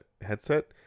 headset